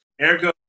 Ergo